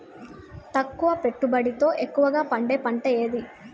తక్కువ పెట్టుబడితో ఎక్కువగా పండే పంట ఏది?